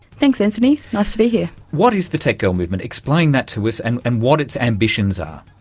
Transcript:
thanks antony, nice to be here. what is the tech girl movement? explain that to us and and what its ambitions are.